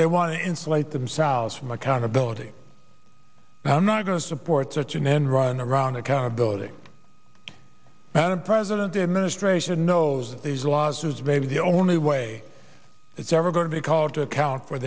they want to insulate themselves from accountability and i'm not going to support such an end run around accountability when a president the administration knows these laws may be the only way it's ever going to be called to account for